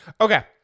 Okay